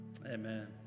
Amen